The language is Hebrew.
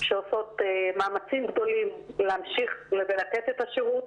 שעושות מאמצים גדולים להמשיך לתת את השירות,